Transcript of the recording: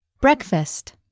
Breakfast